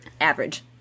average